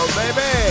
baby